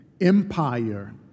empire